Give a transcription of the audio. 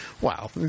Wow